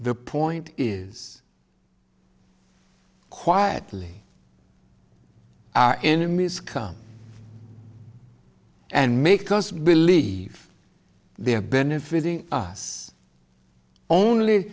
the point is quietly our enemies come and make us believe they are benefiting us only